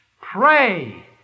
pray